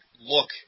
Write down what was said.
look